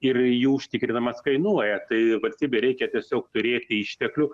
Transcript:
ir jų užtikrinimas kainuoja tai valstybei reikia tiesiog turėti išteklių